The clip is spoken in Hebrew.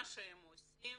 מה שהם עושים,